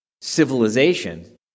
civilization